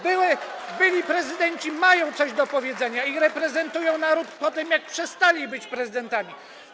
Byli prezydenci mają coś do powiedzenia i reprezentują naród po tym, jak przestali być prezydentami.